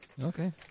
Okay